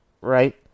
right